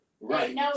Right